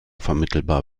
vermittelbar